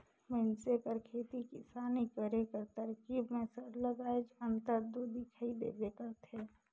मइनसे कर खेती किसानी करे कर तरकीब में सरलग आएज अंतर दो दिखई देबे करथे